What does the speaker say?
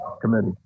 committee